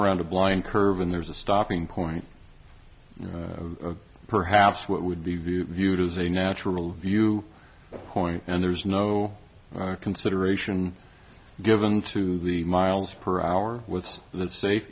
around a blind curve and there's a stopping point perhaps what would be viewed as a natural view point and there's no consideration given to the mine per hour w